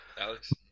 Alex